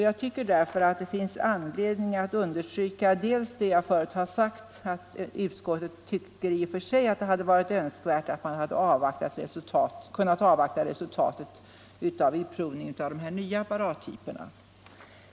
Jag vill därför understryka vad jag förut har sagt, att utskottet tycker att det i och för sig hade varit önskvärt att man kunnat avvakta resultatet av utprovningen av de nya apparattyperna.